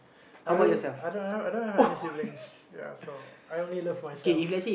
I don't I don't I don't have any siblings ya so I only love myself